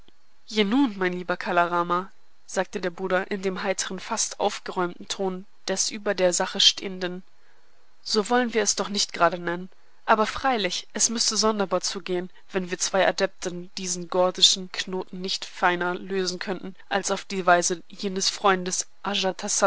je nun mein lieber kala rama sagte der bruder in dem heiteren fast aufgeräumten ton des über der sache stehenden so wollen wir es doch nicht gerade nennen aber freilich es müßte sonderbar zugehen wenn wir zwei adepten diesen gordischen knoten nicht feiner lösen könnten als auf die weise jenes freundes